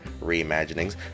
reimaginings